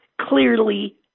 clearly